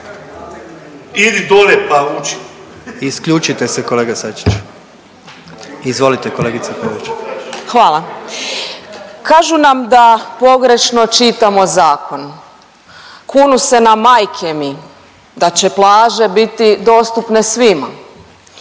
Idi dolje, pa uči/…. Isključite se kolega Sačić. Izvolite kolegice Peović. **Peović, Katarina (RF)** Hvala. Kažu nam da pogrešno čitamo zakon, kunu se na majke mi da će plaže biti dostupne svima,